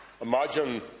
Imagine